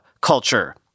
culture